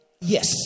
Yes